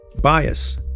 bias